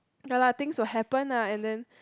ya lah things to happen lah and then